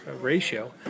ratio